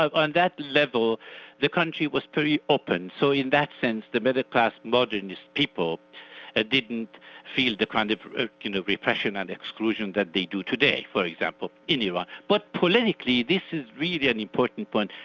ah on that level the country was pretty open, so in that sense the middle-class modernist people ah didn't feel the kind of ah you know repression and exclusion that they do today for but example in iran. but politically this is really an important point,